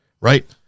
Right